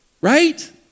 Right